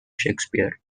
shakespeare